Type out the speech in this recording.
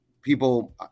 People